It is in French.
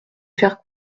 faire